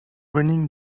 winning